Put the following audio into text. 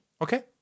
Okay